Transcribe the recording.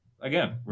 again